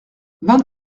vingt